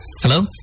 Hello